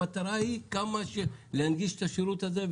המטרה היא כמה שיותר להנגיש את השירות הזה,